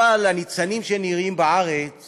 אבל הניצנים שנראים בארץ